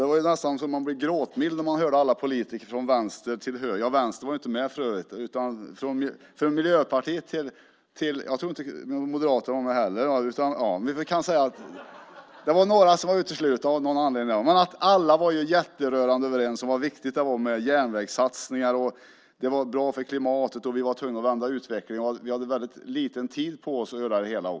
Det var nästan så att jag blev gråtmild när jag hörde alla politiker från vänster till höger. Ja, Vänstern var inte med och inte heller, tror jag, Moderaterna. Men Miljöpartiet var med. Några var av någon anledning uteslutna, kan man säga. Alla var rörande överens om hur viktigt det är med järnvägssatsningar. Det hette att de är bra för klimatet, att vi är tvungna att vända utvecklingen och att vi har väldigt lite tid på oss för det hela.